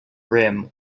rim